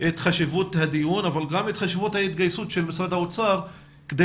את חשיבות הדיון אבל גם את חשיבות ההתגייסות של משרד האוצר כדי